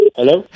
Hello